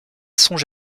songe